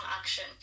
action